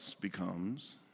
becomes